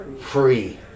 free